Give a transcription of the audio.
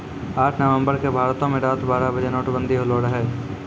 आठ नवम्बर के भारतो मे रात बारह बजे नोटबंदी होलो रहै